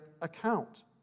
account